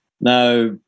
Now